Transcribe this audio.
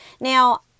Now